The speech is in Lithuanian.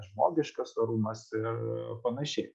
žmogiškas orumas ir panašiai